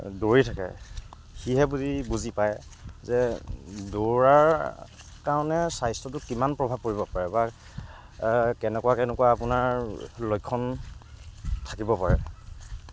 দৌৰি থাকে সি হে বুজি বুজি পায় যে দৌৰাৰ কাৰণে স্বাস্থ্যটো কিমান প্ৰভাৱ পৰি পাৰে বা কেনেকুৱা কেনেকুৱা আপোনাৰ লক্ষণ থাকিব পাৰে